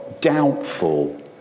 doubtful